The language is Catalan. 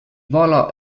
vola